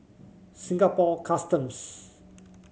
Singapore Customs